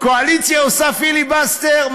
קואליציה עושה פיליבסטר?